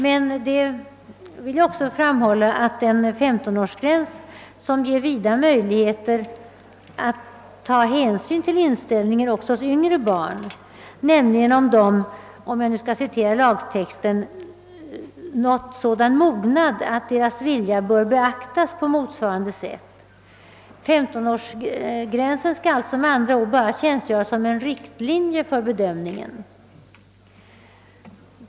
Men jag vill också framhålla att det är fråga om en gränsdragning, som ger vida möjligheter att ta hänsyn till inställningen också hos yngre barn, nämligen om ett sådant — för att citera lagtexten — »nått sådan mognad att dess vilja bör beaktas på motsvarande sätt». Femtonårsgränsen skall alltså med andra ord bara tjänstgöra som en riktlinje för bedömningen.